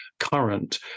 Current